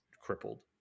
crippled